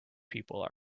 people